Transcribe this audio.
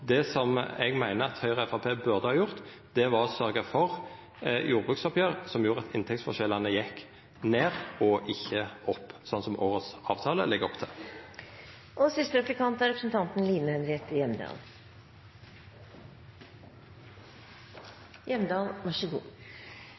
Det som eg meiner at Høgre og Framstegspartiet burde ha gjort, var å sørgja for eit jordbruksoppgjer som gjorde at inntektsforskjellane gjekk ned og ikkje opp, slik årets avtale legg opp